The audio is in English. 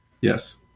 Yes